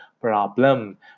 problem